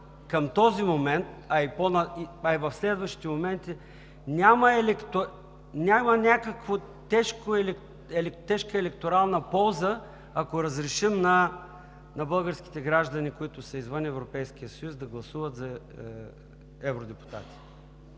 към този момент, а и в следващите моменти няма някаква тежка електорална полза, ако разрешим на българските граждани, които са извън Европейския съюз, да гласуват за евродепутати.